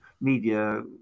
media